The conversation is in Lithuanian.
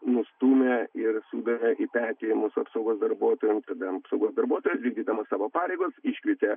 nustūmė ir sudavė į petį mūsų apsaugos darbuotojam tada apsaugos darbuotojas vykdydamas savo pareigas iškvietė